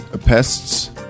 pests